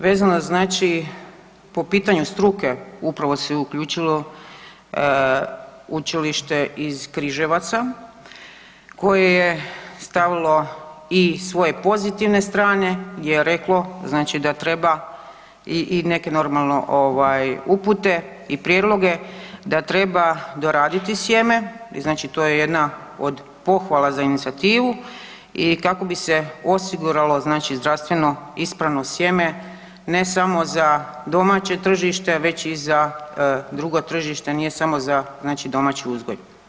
Vezano znači po pitanju struke upravo se uključilo Učilište iz Križevaca koje je stavilo svoje i pozitivne strane gdje je reklo da treba i neke normalno upute i prijedloge, da treba doraditi sjeme, znači to je jedna od pohvala za inicijativu i kako bi se osiguralo zdravstveno ispravno sjeme ne samo domaće tržište već i za drugo tržište, nije samo za znači domaći uzgoj.